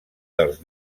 dels